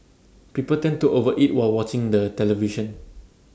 people tend to over eat while watching the television